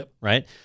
Right